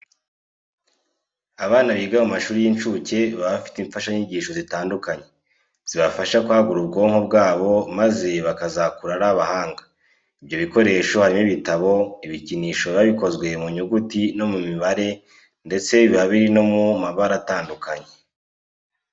Abana biga mu mashuri y'incuke baba bafite imfashanyigisho zitandukanye, zibafasha kwagura ubwonko bwabo maze bakazakura ari abahanga. Ibyo bikoresho harimo ibitabo, ibikinisho biba bikozwe mu nyuguti no mu mibare ndetse biba biri no mu mabara atandukanye.